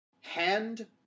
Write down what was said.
Hand